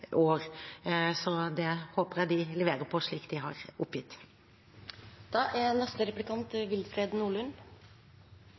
år, og det håper jeg de leverer på, slik de har